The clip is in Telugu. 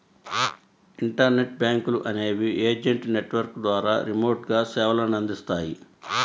ఇంటర్నెట్ బ్యాంకులు అనేవి ఏజెంట్ నెట్వర్క్ ద్వారా రిమోట్గా సేవలనందిస్తాయి